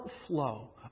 outflow